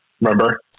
Remember